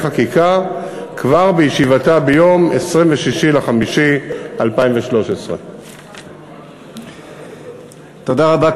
חקיקה כבר בישיבתה ביום 26 במאי 2013. תודה רבה,